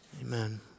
Amen